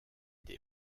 des